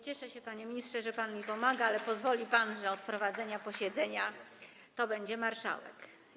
Cieszę się, panie ministrze, że pan mi pomaga, ale pozwoli pan, że od prowadzenia posiedzenia będzie marszałek.